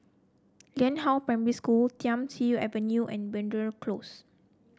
Lianhua Primary School Thiam Siew Avenue and Belvedere Close